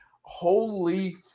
Holy